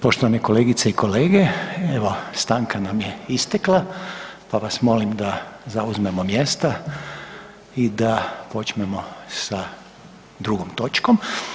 Poštovane kolegice i kolege, evo stanka nam je istekla pa vas molim da zauzmemo mjesta i da počnemo sa drugom točkom.